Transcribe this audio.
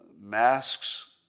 masks